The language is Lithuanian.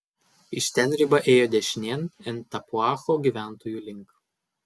iš ten riba ėjo dešinėn en tapuacho gyventojų link